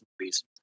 movies